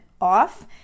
off